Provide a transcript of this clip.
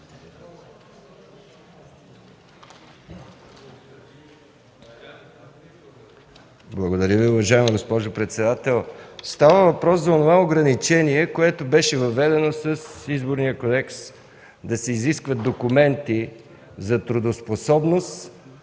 Благодаря, уважаема госпожо председател. Става въпрос за онова ограничение, което беше въведено с Изборния кодекс – да се изискват документи за трудоспособност,